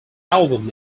album